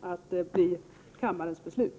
att bli kammarens beslut.